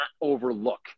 overlook